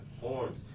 forms